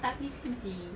tak crispy seh